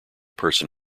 person